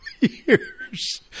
years